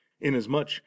inasmuch